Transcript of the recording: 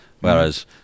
Whereas